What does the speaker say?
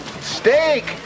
Steak